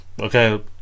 okay